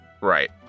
Right